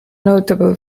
notable